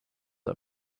are